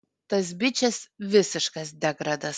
tas bičas visiškas degradas